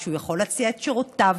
והוא יכול להציע את שירותיו